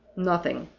nothing.